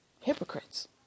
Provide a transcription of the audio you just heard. Hypocrites